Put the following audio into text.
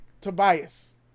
Tobias